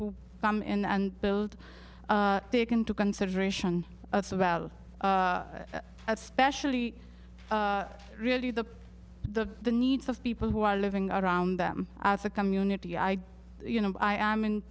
who come in and build take into consideration about especially really the the the needs of people who are living around them as a community i you know i am in